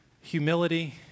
Humility